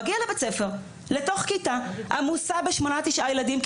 מגיע לבית ספר לתוך כיתה עמוסה ב-8-9 ילדים,